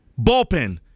bullpen